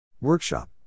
Workshop